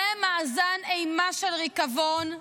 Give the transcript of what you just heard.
זה מאזן אימה של ריקבון,